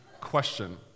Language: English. question